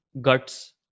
guts